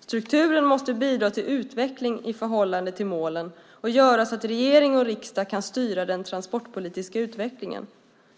Strukturen måste bidra till utveckling i förhållande till målen och göra så att regering och riksdag kan styra den transportpolitiska utvecklingen.